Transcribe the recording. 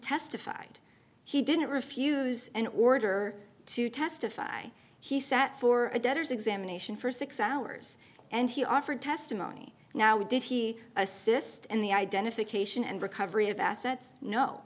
testified he didn't refuse an order to testify he sat for a debtor's examination for six hours and he offered testimony now we did he assist in the identification and recovery of assets no